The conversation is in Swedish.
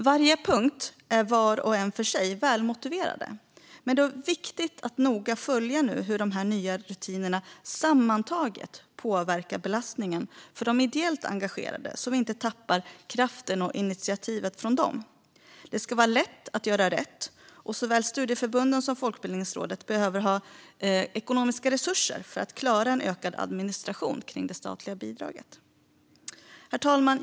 Varje punkt är var och en för sig välmotiverad, men det är nu viktigt att noga följa hur de nya rutinerna sammantaget påverkar belastningen för de ideellt engagerade, så att vi inte tappar deras kraft och initiativ. Det ska vara lätt att göra rätt, och såväl studieförbunden som Folkbildningsrådet behöver ha ekonomiska resurser för att klara en ökad administration kring det statliga bidraget. Herr talman!